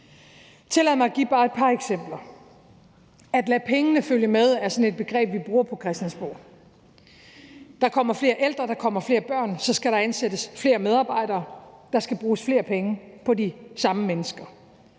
Tillad mig at give bare et par eksempler. »At lade pengene følge med« er sådan et begreb, vi bruger på Christiansborg. Der kommer flere ældre, der kommer flere børn. Så skal der ansættes flere medarbejdere; der skal bruges flere penge på de samme mennesker